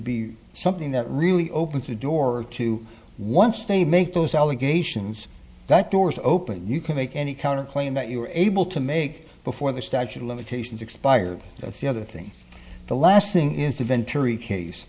be something that really opens the door to once they make those allegations that door's open you can make any counter claim that you were able to make before the statute of limitations expired the other thing the last thing is the venturi case